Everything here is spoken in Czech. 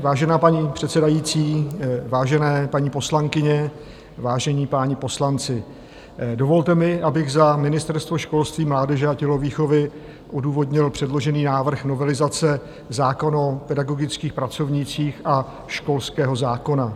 Vážená paní předsedající, vážené paní poslankyně, vážení páni poslanci, dovolte mi, abych za Ministerstvo školství, mládeže a tělovýchovy odůvodnil předložený návrh novelizace zákona o pedagogických pracovnících a školského zákona.